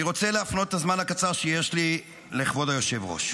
אני רוצה להפנות את הזמן הקצר שיש לי לכבוד היושב-ראש.